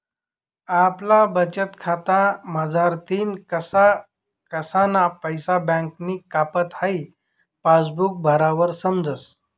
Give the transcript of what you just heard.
आपला बचतखाता मझारतीन कसा कसाना पैसा बँकनी कापात हाई पासबुक भरावर समजस